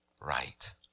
right